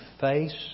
face